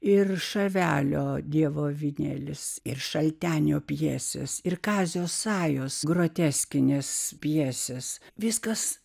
ir šavelio dievo avinėlis ir šaltenio pjesės ir kazio sajos groteskinės pjesės viskas